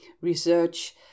research